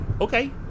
Okay